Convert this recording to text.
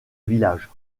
village